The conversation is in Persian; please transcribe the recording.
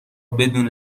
بدون